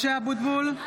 (קוראת בשמות חברי הכנסת) משה אבוטבול,